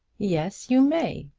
yes, you may.